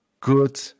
good